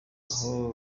aho